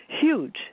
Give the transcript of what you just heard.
huge